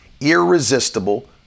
Irresistible